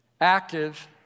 active